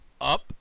up